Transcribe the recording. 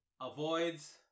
avoids